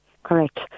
Correct